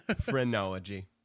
phrenology